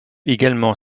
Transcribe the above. également